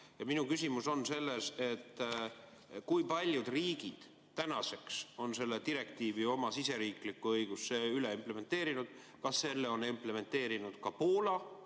Minu küsimus on see, kui paljud riigid on tänaseks selle direktiivi oma siseriiklikku õigusesse implementeerinud. Kas selle on implementeerinud ka Poola?